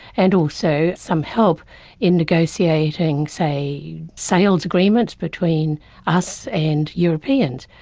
and also some help in negotiating say, sales agreements between us and europeans.